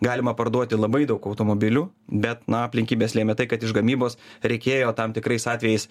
galima parduoti labai daug automobilių bet na aplinkybės lėmė tai kad iš gamybos reikėjo tam tikrais atvejais